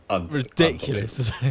Ridiculous